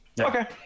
Okay